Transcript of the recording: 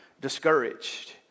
discouraged